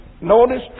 notice